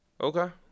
Okay